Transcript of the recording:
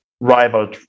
rival